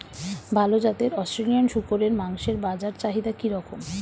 ভাল জাতের অস্ট্রেলিয়ান শূকরের মাংসের বাজার চাহিদা কি রকম?